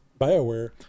Bioware